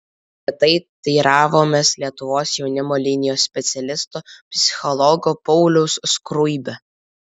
apie tai teiravomės lietuvos jaunimo linijos specialisto psichologo pauliaus skruibio